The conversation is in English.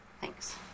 Thanks